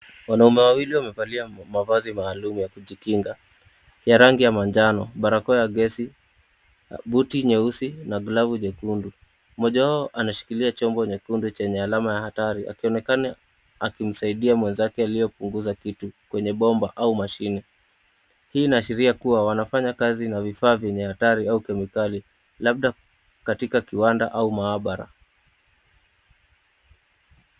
Wanaume wawili wamevaa mavazi maalum ya kujikinga ya rangi ya manjano, barakoa ya gas , buti nyeusi na glavu nyekundu. Mmoja wao anashikilia chombo nyekundu chenye alama ya hatari, akionekana akimsaidia mwenzake aliyepunguza kitu kwenye bomba au mashine. Hii inaashiria kuwa wanafanya kazi na vifaa vyenye hatari au kemikali, labda katika kiwanda au maabara.